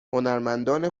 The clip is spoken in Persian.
هنرمندان